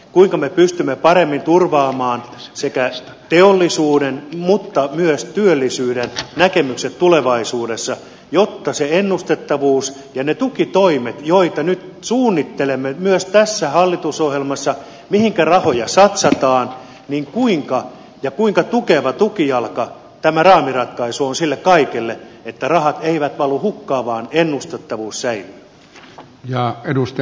kuinka me pystymme paremmin turvaamaan paitsi teollisuuden myös työllisyyden näkemykset tulevaisuudessa jotta se ennustettavuus ja ne tukitoimet joita nyt suunnittelemme myös tässä hallitusohjelmassa mihin rahoja satsataan kuinka tukeva tukijalka tämä raamiratkaisu on sille kaikelle että rahat eivät valu hukkaan vaan ennustettavuus säilyy